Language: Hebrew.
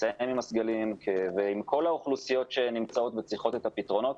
לסיים עם הסגלים ועם כל האוכלוסיות שצריכות את הפתרונות,